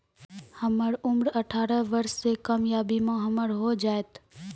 हमर उम्र अठारह वर्ष से कम या बीमा हमर हो जायत?